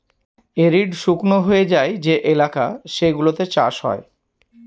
arid শুকনো হয়ে যায় যে এলাকা সেগুলোতে চাষ হয়